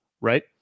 right